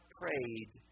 prayed